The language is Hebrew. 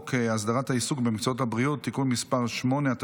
הסדרת העיסוק במקצועות הבריאות (תיקון מס' 8),